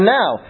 now